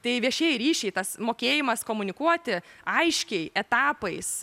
tai viešieji ryšiai tas mokėjimas komunikuoti aiškiai etapais